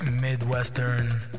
midwestern